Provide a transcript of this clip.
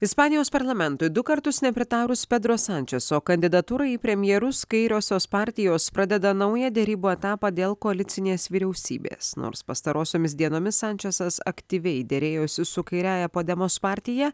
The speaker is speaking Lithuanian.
ispanijos parlamentui du kartus nepritarus pedro sančeso kandidatūrai į premjerus kairiosios partijos pradeda naują derybų etapą dėl koalicinės vyriausybės nors pastarosiomis dienomis sančesas aktyviai derėjosi su kairiąja podemos partija